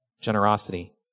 generosity